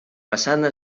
façana